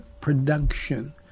production